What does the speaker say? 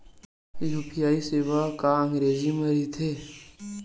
UPI सेवा का अंग्रेजी मा रहीथे?